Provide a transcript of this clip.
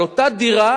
על אותה דירה